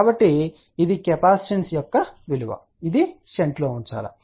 కాబట్టి ఇది కెపాసిటెన్స్ యొక్క విలువ ఇది షంట్ లో ఉంచాలి